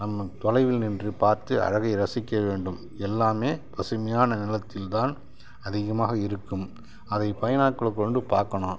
நம்ம தொலைவில் நின்று பார்த்து அழகை ரசிக்க வேண்டும் எல்லாமே பசுமையான நிலத்தில் தான் அதிகமாக இருக்கும் அதை பைனாகுலர் கொண்டு பார்க்கணும்